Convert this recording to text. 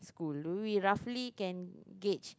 school do we roughly can catch